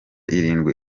irindwi